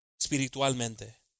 espiritualmente